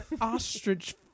Ostrich